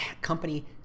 company